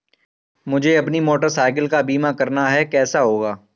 मुझे अपनी motorcycle का बीमा करना है कैसे होगा?